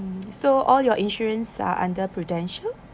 so all your insurance are under prudential